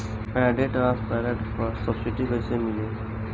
Paddy transplanter पर subsidy कैसे मिली?